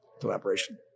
collaboration